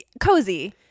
cozy